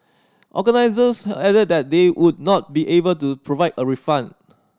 organisers added that they would not be able to provide a refund